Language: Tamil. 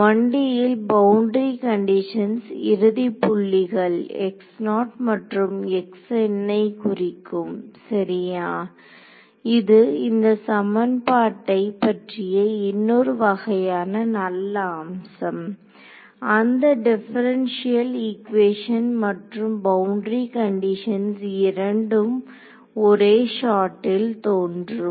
1D ல் பவுண்டரி கண்டிஷன்ஸ் இறுதி புள்ளிகள் மற்றும் ஐ குறிக்கும் சரியா இது அந்த சமன்பாட்டை பற்றிய இன்னொரு வகையான நல்ல அம்சம் அந்த டிப்பரண்ஷியல் ஈக்குவேசன் மற்றும் பவுண்டரி கண்டிஷன்ஸ் இரண்டும் ஒரே ஷாட்டில் தோன்றும்